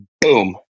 boom